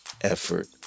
effort